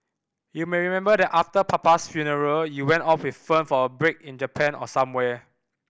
you may remember that after papa's funeral you went off with Fern for a break in Japan or somewhere